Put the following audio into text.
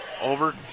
over